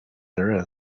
there